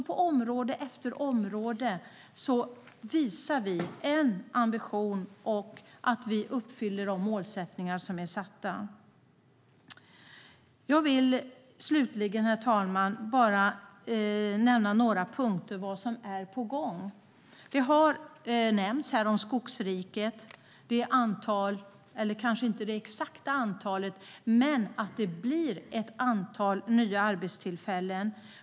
På område efter område visar vi en ambition att uppfylla de målsättningar som är gjorda. Herr talman! Slutligen vill jag bara nämna några punkter om vad som är på gång. Skogsriket har nämnts här. Man kanske inte har talat om det exakta antalet, men det blir ett antal nya arbetstillfällen.